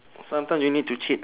sometimes you need to cheat